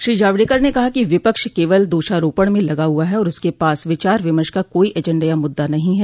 श्री जावड़ेकर ने कहा कि विपक्ष केवल दोषारोपण में लगा हुआ है और उसके पास विचार विमर्श का कोई एजेंडा या मुद्दा नहीं है